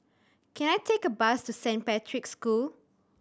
can I take a bus to Saint Patrick's School